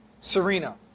serena